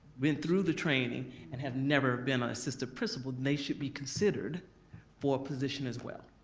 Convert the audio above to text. went through the training, and have never been an assistant principal, they should be considered for a position as well.